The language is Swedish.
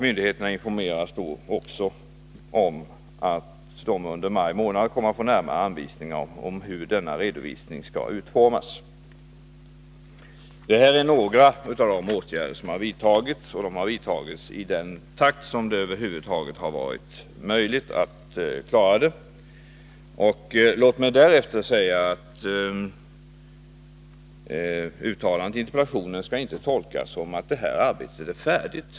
Myndigheterna informerades då också om att de under maj månad kommer att få närmare anvisningar om hur denna redovisning skall utformas. Det är några av de åtgärder som har vidtagits, och de har vidtagits i den takt som det över huvud taget har varit möjligt att klara det. Uttalandet i interpellationssvaret skall inte tolkas som att detta arbete är färdigt.